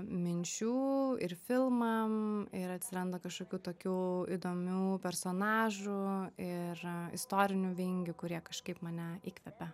minčių ir filmam ir atsiranda kažkokių tokių įdomių personažų ir istorinių vingių kurie kažkaip mane įkvepia